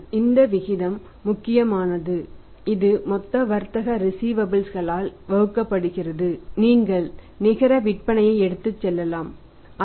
இந்த விகிதம் முக்கியமானது